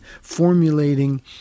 formulating